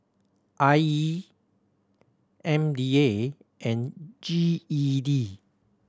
I E M D A and G E D